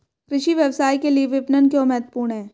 कृषि व्यवसाय के लिए विपणन क्यों महत्वपूर्ण है?